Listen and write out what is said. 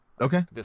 okay